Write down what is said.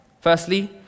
Firstly